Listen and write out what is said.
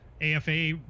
afa